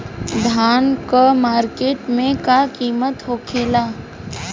धान क मार्केट में का कीमत होखेला?